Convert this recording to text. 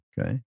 Okay